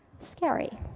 scary.